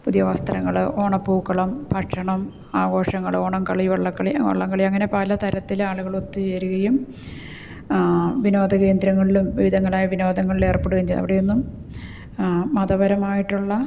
പുതിയ വസ്ത്രങ്ങൾ ഓണപ്പൂക്കളം ഭക്ഷണം ആഘോഷങ്ങൾ ഓണക്കളി വള്ളക്കളി വള്ളം കളി അങ്ങനെ പലതരത്തിൽ ആളുകളൊത്തു ചേരുകയും വിനോദകേന്ദ്രങ്ങളിലും വിവിധങ്ങളായ വിനോദങ്ങളില് ഏര്പ്പെടുകയും ചെയ്യുന്നു അവിടെയൊന്നും മതപരമായിട്ടുള്ള